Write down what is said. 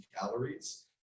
calories